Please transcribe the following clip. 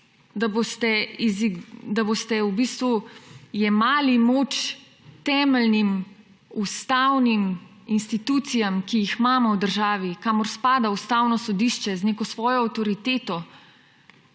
da boste jemali moč temeljnim ustavnim institucijam, ki jih imamo v državi, kamor spada Ustavno sodišče z neko svojo avtoriteto,